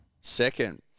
Second